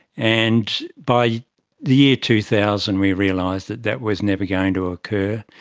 and by the year two thousand we realised that that was never going to occur.